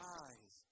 eyes